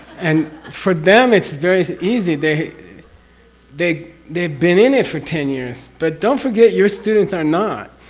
and for them, it's very easy. they they, they've been in it for ten years, but don't forget your students are not.